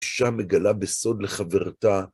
אישה מגלה בסוד לחברתה.